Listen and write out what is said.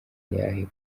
ayahe